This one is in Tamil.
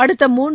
அடுத்த மூன்று